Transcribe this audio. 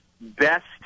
best